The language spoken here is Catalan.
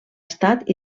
estat